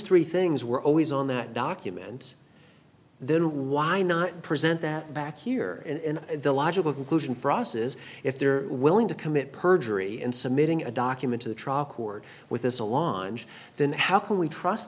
three things were always on that document then why not present that back here in the logical conclusion for us is if they're willing to commit perjury and submitting a document to the trial court with this a launch then how can we trust